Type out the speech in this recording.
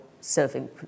serving